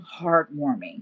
heartwarming